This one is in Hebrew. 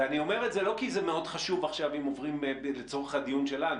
אני אומר את זה לא כי זה מאוד חשוב עכשיו לצורך הדיון שלנו